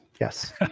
Yes